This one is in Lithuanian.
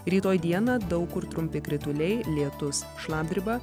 rytoj dieną daug kur trumpi krituliai lietus šlapdriba